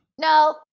no